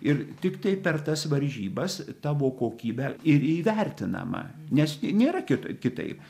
ir tiktai per tas varžybas tavo kokybė ir įvertinama nes nėra kito kitaip